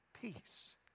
peace